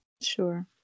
Sure